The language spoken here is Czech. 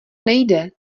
nejde